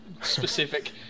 specific